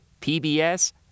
PBS